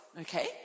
Okay